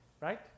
right